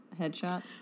headshots